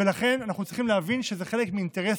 ולכן אנחנו צריכים להבין שזה חלק מאינטרס